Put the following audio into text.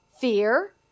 Fear